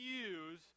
use